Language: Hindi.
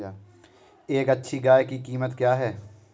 एक अच्छी गाय की कीमत क्या है?